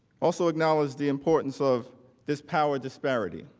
also acknowledged the importance of this power disparity.